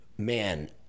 man